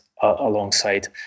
alongside